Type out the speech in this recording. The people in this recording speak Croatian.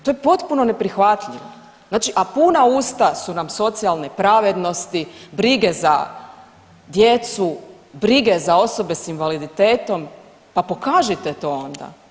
To je potpuno neprihvatljivo, znači a puna usta su nam socijalne pravednosti, brige za djecu, brige za osobe s invaliditetom pa pokažite to onda.